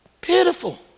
pitiful